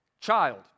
child